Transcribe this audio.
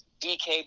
DK